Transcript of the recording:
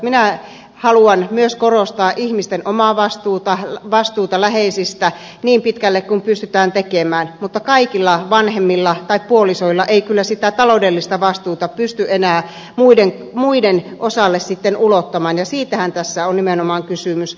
minä haluan myös korostaa ihmisten omaa vastuuta vastuuta läheisistä niin pitkälle kuin pystytään tekemään mutta kaikilla vanhemmilla tai puolisoilla ei kyllä sitä taloudellista vastuuta pysty enää muiden osalle sitten ulottamaan ja siitähän tässä on nimenomaan kysymys